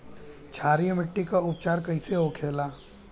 क्षारीय मिट्टी का उपचार कैसे होखे ला?